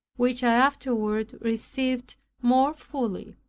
which i afterward received more fully.